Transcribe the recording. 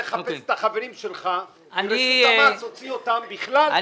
לך חפש את החברים שלך ורשות המס תוציא אותם בכלל מההטבות.